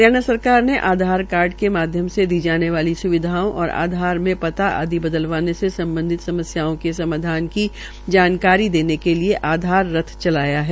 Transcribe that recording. हरियाणा सरकार ने आधार कार्ड के माध्यम से दी जाने वाली सुविधाओं और आधार मे सता आदि बदलवाने से सम्बधित समस्याओं के समाधान की जानकरी देने के लिये आधार रथ चलाया है